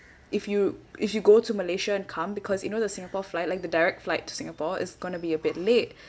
if you if you go to malaysia and come because you know the singapore flight like the direct flight to singapore is going be a bit late